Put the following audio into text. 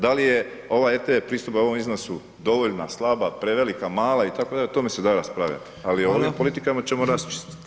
Da li je ova rtv pristojba u ovom iznosu dovoljna, slaba, prevelika, mala itd. o tome se da raspravljati, ali o ovim politikama ćemo raščistit.